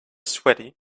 sweaty